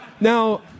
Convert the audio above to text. Now